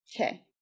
Okay